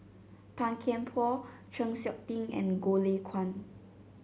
Tan Kian Por Chng Seok Tin and Goh Lay Kuan